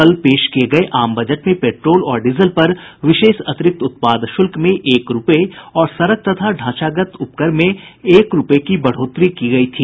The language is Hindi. कल पेश किये गये आम बजट में पेट्रोल और डीजल पर विशेष अतिरिक्त उत्पाद शुल्क में एक रुपये और सड़क तथा ढांचागत उपकर में एक रुपये की बढ़ोतरी की गयी थी